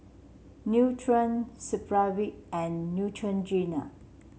Nutren Supravit and Neutrogena